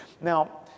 Now